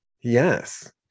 yes